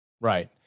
Right